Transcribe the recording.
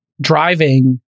driving